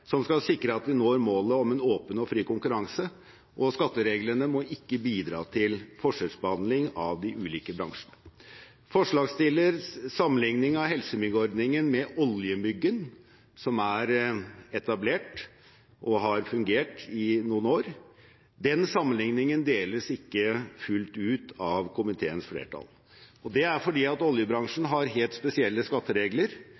som skal sikre at vi når målet om en åpen og fri konkurranse, og skattereglene må ikke bidra til forskjellsbehandling av de ulike bransjene. Forslagsstillernes sammenligning av helsemyggordningen med oljemyggordningen, som er etablert og har fungert i noen år, deles ikke fullt ut av komiteens flertall, og det er fordi